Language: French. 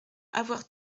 avoir